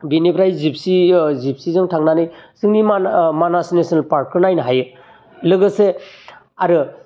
बेनिफ्राय जिबसि जिबसिजों थांनानै जोंनि मान मानास नेसनेल पार्कखौ नायनो हायो लोगोसे आरो